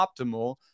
optimal